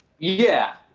yeah.